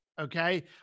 Okay